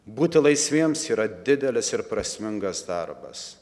būti laisviems yra didelis ir prasmingas darbas